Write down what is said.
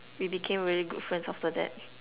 we became really good friends after that